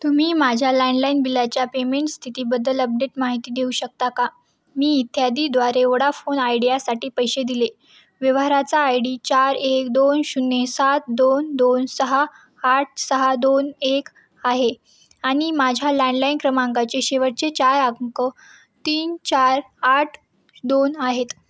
तुम्ही माझ्या लँडलाईन बिलाच्या पेमेंट स्थितीबद्दल अपडेट माहिती देऊ शकता का मी इत्यादीद्वारे वोडाफोन आयडियासाठी पैसे दिले व्यवहाराचा आय डी चार एक दोन शून्य सात दोन दोन सहा आठ सहा दोन एक आहे आणि माझ्या लँडलाईन क्रमांकाचे शेवटचे चार आंक तीन चार आठ दोन आहेत